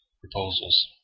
proposals